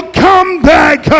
comeback